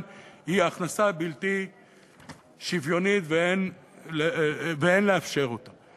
היא הכנסה בלתי שוויונית ואין לאפשר אותה.